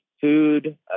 food